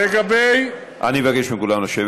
לגבי, אני מבקש מכולם לשבת.